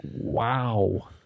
wow